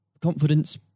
confidence